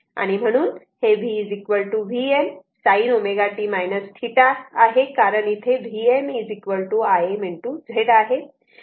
म्हणून हे v Vm sin ω t θ आहे आणि Vm Im z आहे